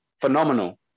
phenomenal